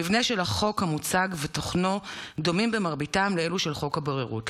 המבנה של החוק המוצג ותוכנו דומים במרביתם לאלו של חוק הבוררות.